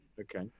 okay